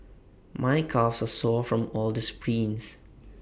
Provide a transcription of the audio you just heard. my calves are sore from all the sprints